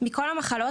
מכל המחלות,